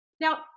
Now